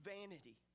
vanity